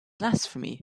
blasphemy